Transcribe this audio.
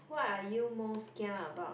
what are you most kia about